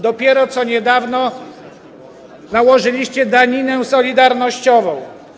Dopiero co, niedawno nałożyliście daninę solidarnościową.